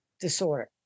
disorder